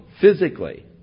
physically